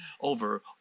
over